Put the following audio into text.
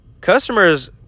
customers